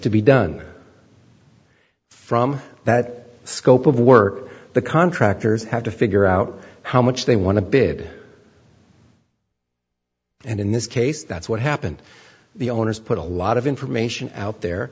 to be done from that scope of work the contractors have to figure out how much they want to bid and in this case that's what happened the owners put a lot of information out there